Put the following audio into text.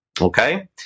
Okay